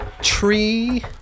tree